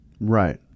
Right